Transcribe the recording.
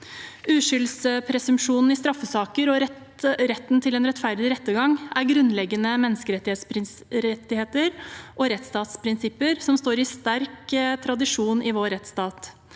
Uskyldspresumsjonen i straffesaker og retten til en rettferdig rettergang er grunnleggende menneskerettigheter og rettsstatsprinsipper som står i en sterk tradisjon i vår rettsstat.